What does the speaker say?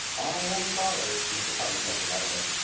i am sorry, mr. cullen said politely,